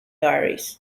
diaries